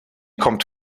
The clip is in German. kommt